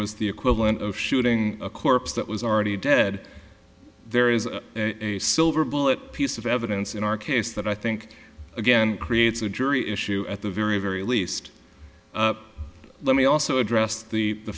was the equivalent of shooting a corpse that was already dead there is a silver bullet piece of evidence in our case that i think again creates a jury issue at the very very least let me also address the